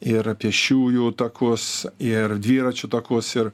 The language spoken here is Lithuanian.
ir pėsčiųjų takus ir dviračių takus ir